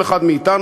כל אחד מאתנו,